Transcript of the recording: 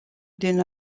din